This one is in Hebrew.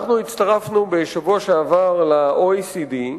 אנחנו הצטרפנו בשבוע שעבר ל-OECD,